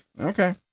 Okay